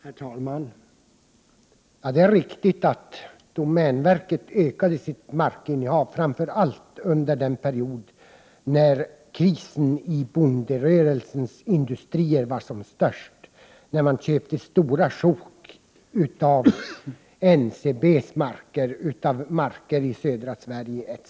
Herr talman! Det är riktigt att domänverket ökade sitt markinnehav under framför allt den period när krisen i bonderörelsens industrier var som störst. Domänverket köpte stora sjok av NCB:s marker och mark i södra Sverige etc.